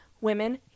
women